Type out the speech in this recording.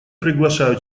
приглашаю